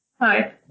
Hi